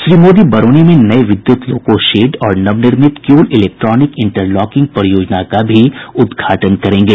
श्री मोदी बरौनी में नये विद्युत लोको शेड और नवनिर्मित किउल इलेक्ट्रोनिक इंटरलॉकिंग परियोजना का भी उद्घाटन करेंगे